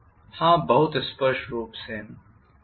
हां बहुत स्पष्ट रूप से